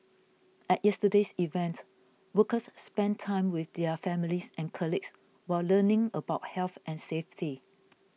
at yesterday's event workers spent time with their families and colleagues while learning about health and safety